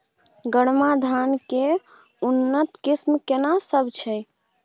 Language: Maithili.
गरमा धान के उन्नत किस्म केना सब छै?